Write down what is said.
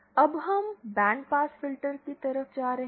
अब हम band pass filter की तरफ जा रहे है